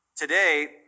Today